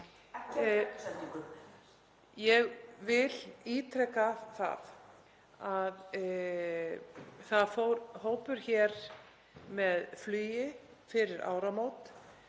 Ég vil ítreka það að það fór hópur með flugi fyrir áramót,